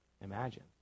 imagine